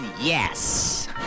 Yes